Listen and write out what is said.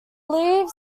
leaves